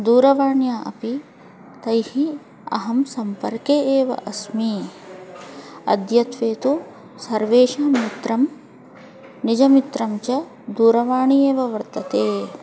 दूरवाण्या अपि तैः अहं सम्पर्के एव अस्मि अद्यत्वे तु सर्वेषु मित्रं निजमित्रं च दूरवाणीम् एव वर्तते